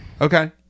Okay